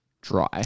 Dry